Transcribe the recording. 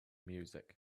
music